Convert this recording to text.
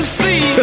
see